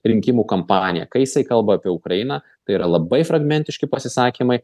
rinkimų kampaniją kai jisai kalba apie ukrainą tai yra labai fragmentiški pasisakymai